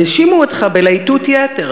האשימו אותך בלהיטות יתר,